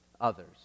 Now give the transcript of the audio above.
others